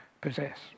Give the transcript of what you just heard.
possess